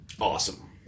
Awesome